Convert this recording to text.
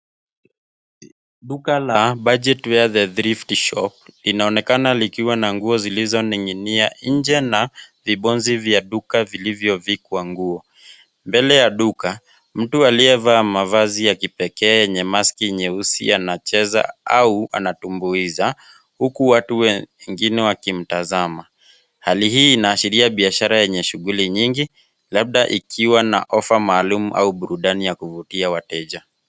Duka la budget wear the thrift shop , inaonekana likiwa na nguo zilizoning'inia nje na vibonzi vya duka vilivyovikwa nguo. Mbele ya duka, mtu aliyevaa mavazi ya kipekee yenye maski nyeusi anacheza au anatumbuiza, huku watu wengine wakimtazama. Hali hii inaashiria biashara yenye shughuli nyingi, labda ikiwa na offer maalum au burudani ya kuvutia wateja.